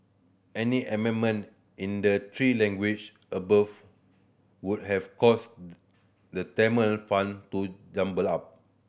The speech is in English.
any amendment in the three language above would have caused the Tamil font to jumble up